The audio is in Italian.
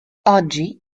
oggi